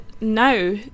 now